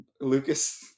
lucas